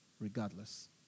regardless